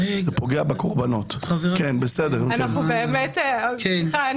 זה פוגע בקורבנות.